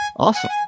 Awesome